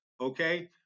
okay